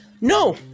No